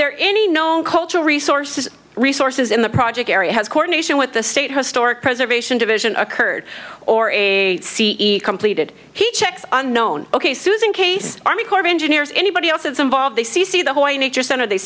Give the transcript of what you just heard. there any known cultural resources resources in the project area has coordination with the state historic preservation division occurred or a c e completed he checks on known ok susan case army corps of engineers anybody else involved they see see the whole